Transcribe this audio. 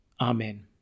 Amen